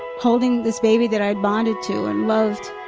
holding this baby that i had bonded to, and loved.